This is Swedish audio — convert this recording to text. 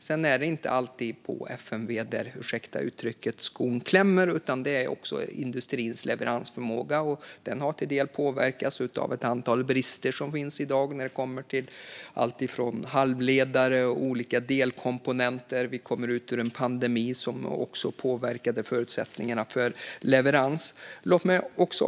Sedan är det inte alltid på FMV som skon klämmer, om uttrycket ursäktas, utan det handlar också om industrins leveransförmåga. Den har till del påverkats av ett antal brister som finns i dag när det kommer till alltifrån halvledare till olika delkomponenter. Vi kommer ut ur en pandemi som också påverkade förutsättningarna för leverans.